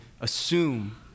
assume